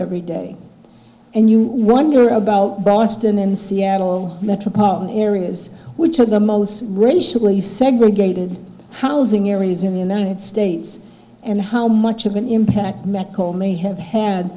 every day and you wonder about boston and the seattle metropolitan areas which are the most racially segregated housing areas in the united states and how much of an impact matt colie have had